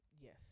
Yes